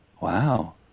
wow